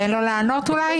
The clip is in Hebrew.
תן לו לענות אולי?